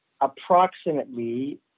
approximately